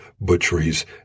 butcheries